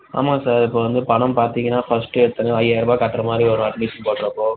ஆமாம் சார் இப்போ வந்து பணம் பார்த்தீங்கன்னா ஃபஸ்ட்டு எடுத்ததும் ஐயாயிரம் ரூபாய் கட்டுற மாதிரி வரும் அட்மிஷன் போடுறப் போது